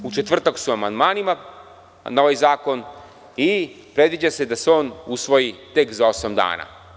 U četvrtak su amandmani na ovaj zakon i predviđa se da se on usvoji tek za osam dana.